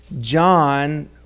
John